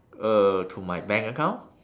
uh to my bank account